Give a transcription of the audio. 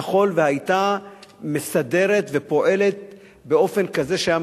היא היתה מסדרת ופועלת באופן כזה שהיה